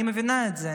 אני מבינה את זה.